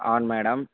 అవును మేడం